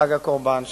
חג הקורבן,